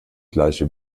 gleiche